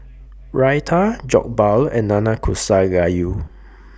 Raita Jokbal and Nanakusa Gayu